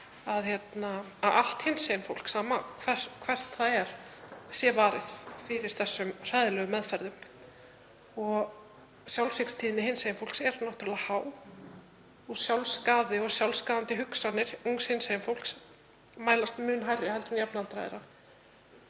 að allt hinsegin fólk, sama hvert það er, sé varið fyrir þessum hræðilegu meðferðum. Sjálfsvígstíðni hinsegin fólks er há og sjálfsskaði og sjálfsskaðandi hugsanir ungs hinsegin fólks mælast mun hærri en jafnaldra þeirra.